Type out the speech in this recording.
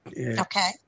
Okay